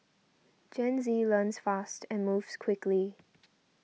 Gen Z learns fast and moves quickly